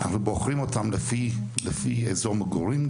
אנחנו בוחרים הרופאים האלה גם לפי אזור מגורים,